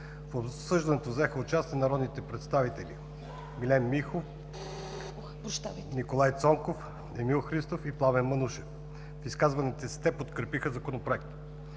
В обсъждането взеха участие народните представители Милен Михов, Николай Цонков, Емил Христов и Пламен Манушев. В изказванията си те подкрепиха Законопроекта,